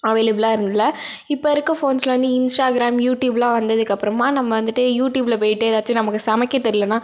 அவைலபிளாக இல்லை இப்போ இருக்கற ஃபோன்ஸில் வந்து இன்ஸ்டாகிராம் யூடியூப்லாம் வந்ததுக்கப்புறமா நம்ம வந்துட்டு யூடியூபில் போயிட்டு ஏதாச்சும் நமக்கு சமைக்க தெரிலன்னா